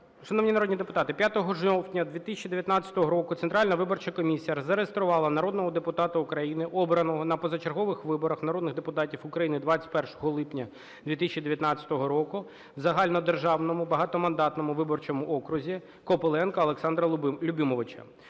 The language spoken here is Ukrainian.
Шановні народні депутати, 5 жовтня 2019 року Центральна виборча комісія зареєструвала народного депутата України, обраного на позачергових виборах народних депутатів України 21 липня 2019 року в загальнодержавному багатомандатному виборчому окрузі Копиленка Олександра Любимовича,